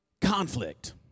conflict